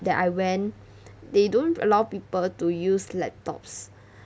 that I went they don't allow people to use laptops